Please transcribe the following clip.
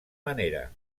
manera